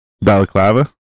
Balaclava